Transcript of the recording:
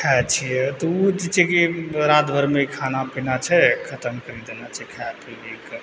खाइ छियै तऽ उ जे छै की राति भरिमे ई खाना पीना छै खत्म कर देना छै खा पी के